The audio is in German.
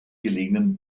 gelegenen